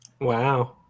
Wow